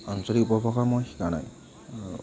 আঞ্চলিক উপভাষা মই শিকা নাই